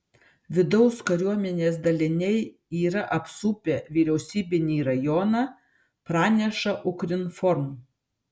vidaus kariuomenės daliniai yra apsupę vyriausybinį rajoną praneša ukrinform